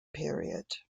period